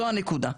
זו הנקודה.